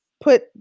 put